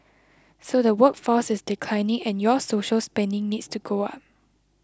so the workforce is declining and your social spending needs to go up